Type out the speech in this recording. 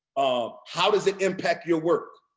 um how does it impact your work?